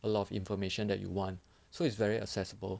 a lot of information that you want so it's very accessible